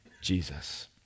Jesus